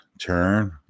turn